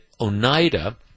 Oneida